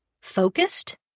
focused